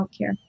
healthcare